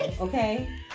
okay